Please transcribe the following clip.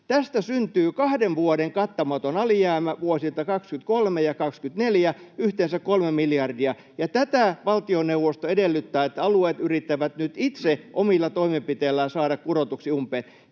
Tästä syntyy kahden vuoden kattamaton alijäämä vuosilta 23 ja 24, yhteensä kolme miljardia, ja valtioneuvosto edellyttää, että alueet yrittävät nyt itse omilla toimenpiteillään saada tätä kurotuksi umpeen.